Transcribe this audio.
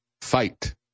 fight